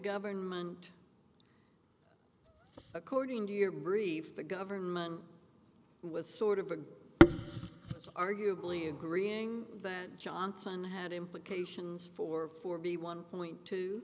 government according to your brief the government was sort of arguably agreeing that johnson had implications for four b one point t